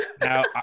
Now